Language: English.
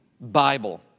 Bible